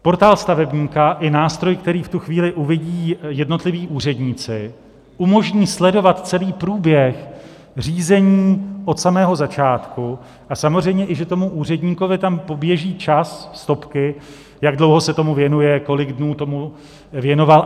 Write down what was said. Portál stavebníka je nástroj, který v tu chvíli uvidí jednotliví úředníci, umožní sledovat celý průběh řízení od samého začátku a samozřejmě i to, že tomu úředníkovi tam poběží čas, stopky, jak dlouho se tomu věnuje, kolik dní tomu věnoval.